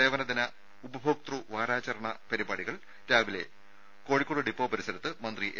സേവന ദിന ഉപഭോക്തൃ വാരാചരണം രാവിലെ കോഴിക്കോട് ഡിപ്പോ പരിസരത്ത് മന്ത്രി എ